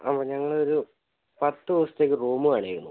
അപ്പം ഞങ്ങളൊരു പത്ത് ദിവസത്തേക്ക് റൂമ് വേണമായിരുന്നു